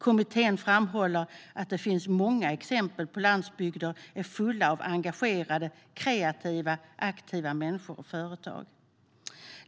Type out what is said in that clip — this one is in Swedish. Kommittén framhåller att det finns många exempel på landsbygder som är fulla av engagerade, kreativa och aktiva människor och företag.